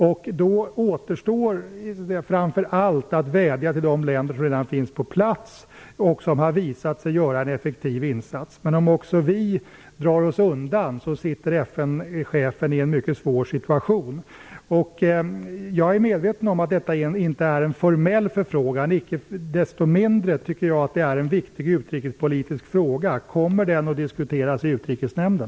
Då återstår framför allt att vädja till de länder som redan finns på plats och som har visat sig göra en effektiv insats. Om också vi drar oss undan, hamnar FN-chefen i en mycket svår situation. Jag är medveten om att vi inte har fått en formell förfrågan. Icke desto mindre tycker jag att det är en viktig utrikespolitisk fråga. Kommer den att diskuteras i Utrikesnämnden?